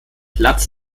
platz